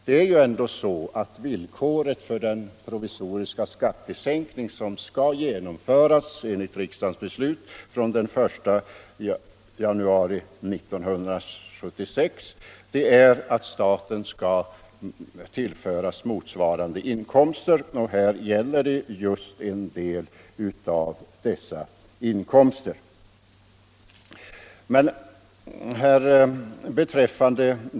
Det är ju ändå så, att 69 villkoren för den provisoriska skattesänkning som enligt riksdagens beslut skall genomföras från den 1 januari 1976 är att staten skall tillföras motsvarande inkomster, och här gäller det just en del av dessa inkomster.